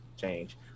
change